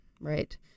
right